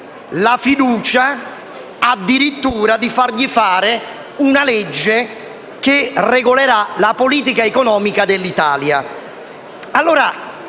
la fiducia, addirittura per fargli fare una legge che regolerà la politica economica dell'Italia.